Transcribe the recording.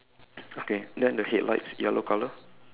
okay then the headlights yellow colour